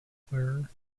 mcclure